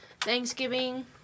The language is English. Thanksgiving